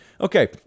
Okay